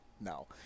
no